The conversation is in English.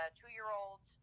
two-year-old